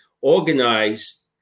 organized